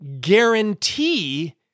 guarantee